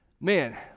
Man